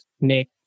Nick